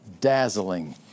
dazzling